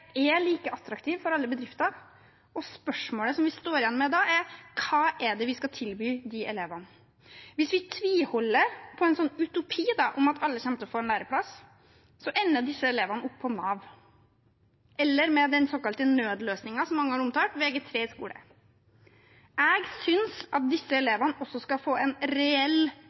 spørsmålet som vi står igjen med da, er: Hva er det vi skal tilby de elevene? Hvis vi tviholder på en sånn utopi om at alle kommer til å få en læreplass, ender disse elevene opp på Nav eller med den såkalte nødløsningen, som mange har omtalt det som, Vg3 i skole. Jeg synes at også disse elevene skal få en reell